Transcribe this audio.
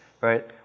right